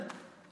בסדר.